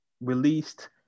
released